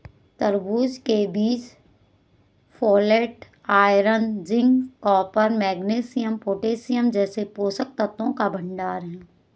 तरबूज के बीज folate, iron, zinc, copper, magnesium, potassium जैसे पोषक तत्वों का भंडार है